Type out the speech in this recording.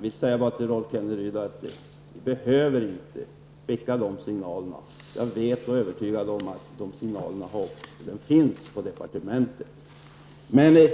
Vi behöver inte skicka ut de signalerna, eftersom jag är övertygad om att arbetet i departementet redan har denna